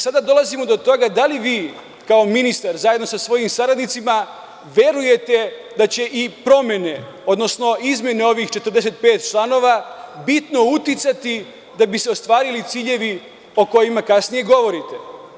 Sada dolazimo do toga da li vi kao ministar, zajedno sa svojim saradnicima, verujete da će i promene, odnosno izmene ovih 45 članova, bitno uticati da bi se ostvarili ciljevi o kojima kasnije govorite?